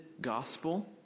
gospel